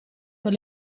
per